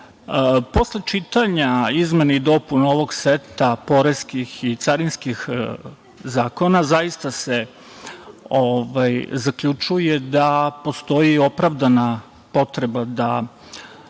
posle čitanja izmena i dopuna ovog seta poreskih i carinskih zakona, zaista se zaključuje da postoji opravdana potreba da